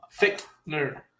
Fickner